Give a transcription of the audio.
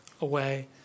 away